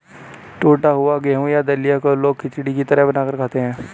टुटा हुआ गेहूं या दलिया को लोग खिचड़ी की तरह बनाकर खाते है